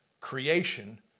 creation